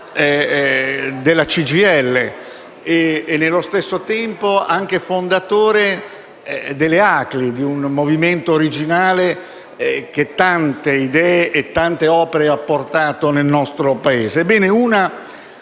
della CGIL e, nello stesso tempo, anche fondatore delle ACLI, un movimento originale che tante idee e tante opere ha portato nel nostro Paese.